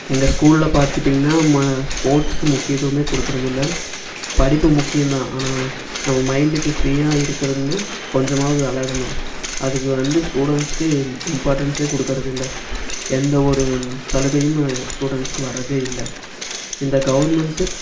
எங்கள் ஸ்கூல்ல பார்த்துட்டிங்கன்னா மா ஸ்போர்ட்ஸுக்கு முக்கியத்துவமே கொடுக்குறதில்லை படிப்பு முக்கியந்தான் ஆனால் நம்ம மைண்ட்டுக்கு ஃப்ரீயாக இருக்கணும்னு கொஞ்சமாவது விளாடனும் அதுக்கு வந்து ஸ்டுடண்ஸ்க்கு இம்பார்ட்டன்ஸே கொடுக்குறதில்ல எந்த ஒரு சலுகையும் ஸ்டுடண்ஸுக்கு வரதே இல்லை இந்த கவுர்மெண்ட்டு